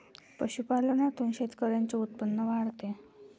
पशुपालनातून शेतकऱ्यांचे उत्पन्न वाढते